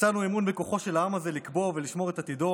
הצענו אמון בכוחו של העם הזה לקבוע ולשמור את עתידו